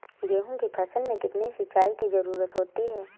गेहूँ की फसल में कितनी सिंचाई की जरूरत होती है?